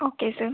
okay sir